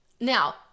Now